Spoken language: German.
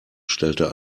stellte